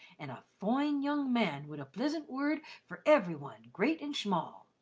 and a foine young man wid a plisint word fur every one, great an' shmall.